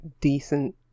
decent